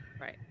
Right